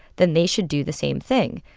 then they should do the same thing.